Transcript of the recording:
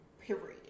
Period